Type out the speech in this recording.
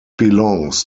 belongs